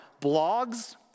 blogs